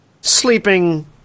sleeping